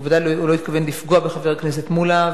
הוא ודאי לא התכוון לפגוע בחבר הכנסת מולה.